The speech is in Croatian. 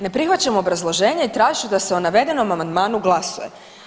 Ne prihvaćam obrazloženje i tražit ću da se o navedenom amandmanu glasuje.